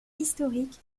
historique